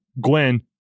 Gwen